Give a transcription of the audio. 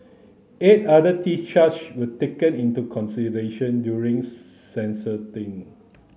eight other theft charge were taken into consideration during